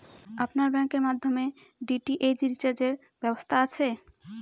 আপনার ব্যাংকের মাধ্যমে ডি.টি.এইচ রিচার্জের ব্যবস্থা আছে?